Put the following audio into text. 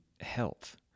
health